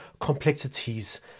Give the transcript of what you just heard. complexities